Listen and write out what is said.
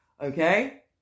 Okay